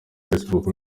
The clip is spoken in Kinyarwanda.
facebook